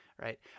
Right